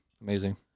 amazing